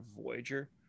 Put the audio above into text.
Voyager